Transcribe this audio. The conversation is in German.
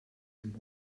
dem